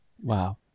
Wow